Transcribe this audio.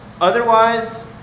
Otherwise